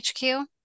HQ